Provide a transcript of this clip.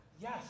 yes